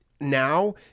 now